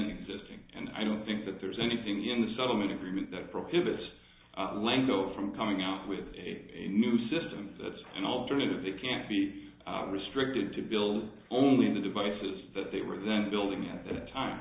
existing and i don't think that there's anything in the settlement agreement that prohibits l'engle from coming out with a new system that's an alternative it can't be restricted to build only the devices that they were present building at t